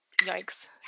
yikes